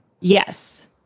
Yes